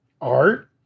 art